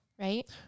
right